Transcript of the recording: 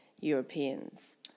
Europeans